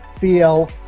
feel